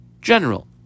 general